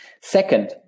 Second